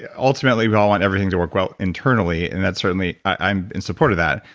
yeah ultimately, we all want everything to work well internally. and that's certainly i'm in support of that,